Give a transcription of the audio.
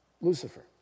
Lucifer